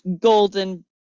golden